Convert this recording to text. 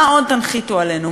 מה עוד תנחיתו עלינו?